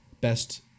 Best